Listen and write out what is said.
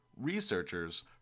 researchers